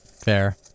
fair